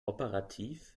operativ